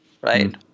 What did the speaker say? right